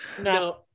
No